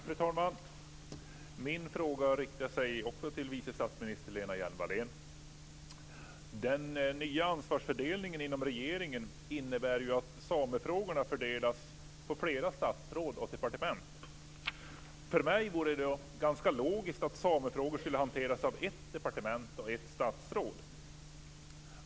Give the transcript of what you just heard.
Fru talman! Min fråga riktar sig också till vice statsminister Lena Hjelm-Wallén. Den nya ansvarsfördelningen inom regeringen innebär att samefrågorna fördelas på flera statsråd och departement. För mig vore det ganska logiskt att samefrågorna skulle hanteras av ett departement och ett statsråd.